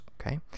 Okay